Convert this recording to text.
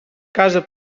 casa